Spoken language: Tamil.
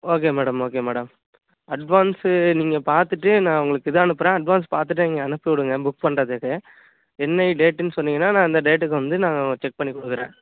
okay madam okay madam advance நீங்கள் பார்த்துட்டு நான் உங்களுக்கு இதை அனுப்புகிறேன் அட்வான்ஸ் பார்த்துட்டு நீங்கள் அனுப்பிவிடுங்க புக் பண்ணுறதுக்கு என்னையை டேட்டுன்னு சொன்னிங்கன்னா நான் அந்த டேட்டுக்கு வந்து நான் செக் பண்ணிக்கொடுக்குறேன்